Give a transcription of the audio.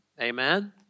Amen